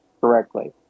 correctly